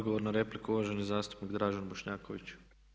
Odgovor na repliku uvaženi zastupnik Dražen Bošnjaković.